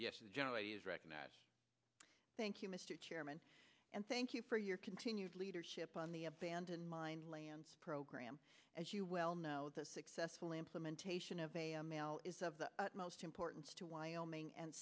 with generally is recognized thank you mr chairman and thank you for your continued leadership on the abandoned mine lands program as you well know the successful implementation of a mail is of the most importance to wyoming and